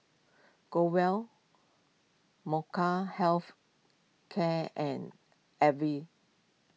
Growell Health Care and Avene